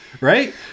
right